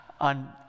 on